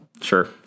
sure